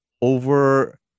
over